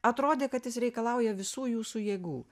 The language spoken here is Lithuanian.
atrodė kad jis reikalauja visų jūsų jėgų